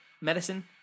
medicine